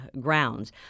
grounds